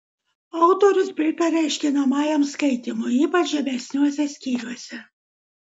autorius pritaria aiškinamajam skaitymui ypač žemesniuose skyriuose